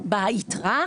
אחוזים ביתרה,